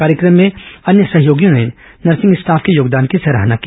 कार्यक्रम में अन्य सहयोगियों ने नर्सिंग स्टॉफ के योगदान की सराहना की